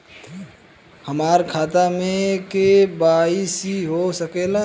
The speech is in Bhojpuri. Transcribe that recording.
हमार खाता में के.वाइ.सी हो सकेला?